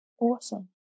awesome